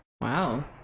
Wow